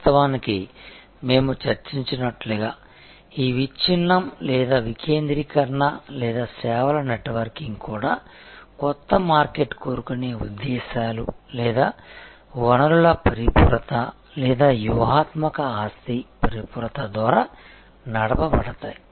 వాస్తవానికి మేము చర్చించినట్లుగా ఈ విచ్ఛిన్నం లేదా వికేంద్రీకరణ లేదా సేవల నెట్వర్కింగ్ కూడా కొత్త మార్కెట్ కోరుకునే ఉద్దేశ్యాలు లేదా వనరుల పరిపూరత లేదా వ్యూహాత్మక ఆస్తి పరిపూరత ద్వారా నడపబడతాయి